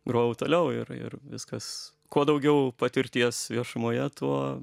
grojau toliau ir ir viskas kuo daugiau patirties viešumoje tuo